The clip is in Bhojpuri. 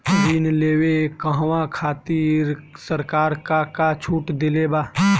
ऋण लेवे कहवा खातिर सरकार का का छूट देले बा?